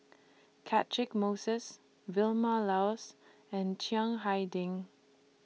Catchick Moses Vilma Laus and Chiang Hai Ding